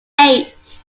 eight